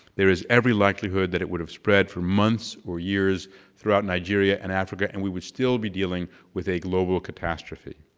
there is every likelihood that it would've spread for months or years throughout nigeria and africa, and we would still be dealing with a global catastrophe.